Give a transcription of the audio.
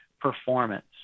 performance